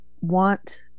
want